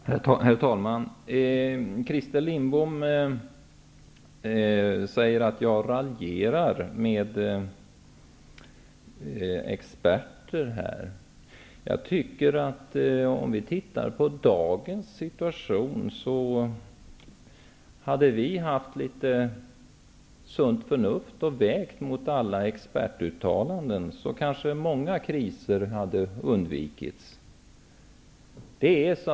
Herr talman! Christer Lindblom säger att jag raljerar över experter. Om vi ser till dagens situation, så kanske många kriser hade undvikits om vi sett på frågan med litet sunt förnuft och vägt detta mot alla expertuttalanden.